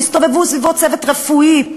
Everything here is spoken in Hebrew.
שהסתובב סביבו צוות רפואי,